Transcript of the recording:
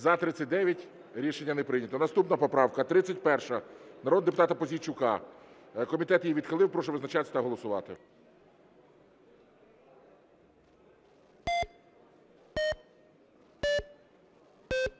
За-37 Рішення не прийнято. Наступна поправка 742 народного депутата Пузійчука. Комітетом відхилена. Прошу визначатися та голосувати.